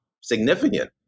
significant